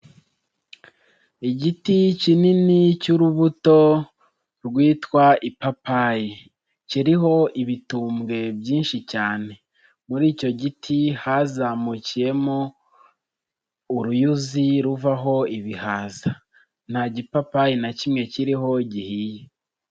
Igiti kinini cy'urubuto rwitwa ipapayi kiriho ibitumbwe byinshi cyane, muri icyo giti hazamukiyemo uruyuzi ruvaho ibihaza, nta gipapayi na kimwe kiriho gihiye.